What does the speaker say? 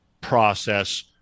process